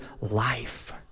life